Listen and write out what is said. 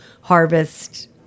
harvest